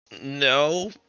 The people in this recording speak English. No